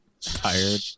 Tired